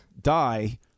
die